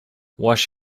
wash